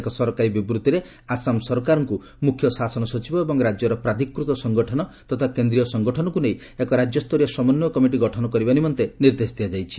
ଏକ ସରକାରୀ ବିବୃତ୍ତିରେ ଆସାମ ସରକାରଙ୍କୁ ମୁଖ୍ୟ ଶାସନ ସଚିବ ଏବଂ ରାଜ୍ୟର ପ୍ରାଧ୍ୟକୃତ ସଙ୍ଗଠନ ତଥା କେନ୍ଦ୍ରୟ ସଙ୍ଗଠନକୁ ନେଇ ଏକ ରାଜ୍ୟସ୍ତରରୀୟ ସମନ୍ୱୟ କିମିଟି ଗଠନ କରିବା ନିମନ୍ତେ ନିର୍ଦ୍ଦେଶ ଦିଆଯାଇଛି